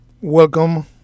Welcome